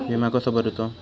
विमा कसो भरूचो?